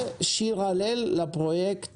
זה שיר הלל לפרויקט